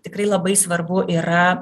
tikrai labai svarbu yra